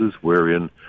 wherein